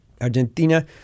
Argentina